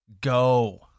go